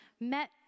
met